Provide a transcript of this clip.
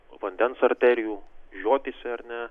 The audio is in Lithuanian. vandens arterijų žiotyse ar ne